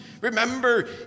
Remember